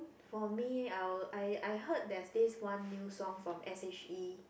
for me I will I I heard that this one new song from s_h_e